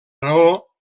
raó